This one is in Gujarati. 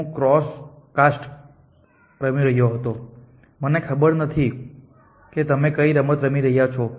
હું ક્રોસ કોસ્ટ રમી રહ્યો હતો મને ખબર નથી કે તમે કઈ રમત રમી રહ્યા છો